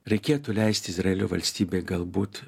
reikėtų leisti izraelio valstybei galbūt